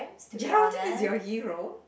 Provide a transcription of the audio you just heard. Geraldine is your hero